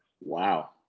Wow